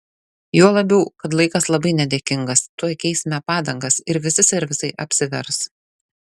juo labiau kad laikas labai nedėkingas tuoj keisime padangas ir visi servisai apsivers